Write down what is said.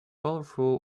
colorful